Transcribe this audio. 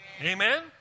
Amen